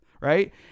right